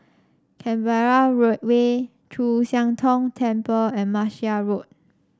Canberra Road Way Chu Siang Tong Temple and Martia Road